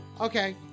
okay